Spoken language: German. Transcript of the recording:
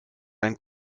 ein